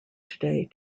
today